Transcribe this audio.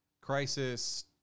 Crisis